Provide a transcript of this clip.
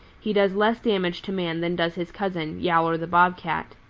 he does less damage to man than does his cousin, yowler the bob cat.